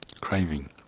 craving